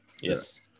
Yes